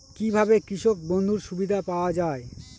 কি ভাবে কৃষক বন্ধুর সুবিধা পাওয়া য়ায়?